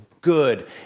good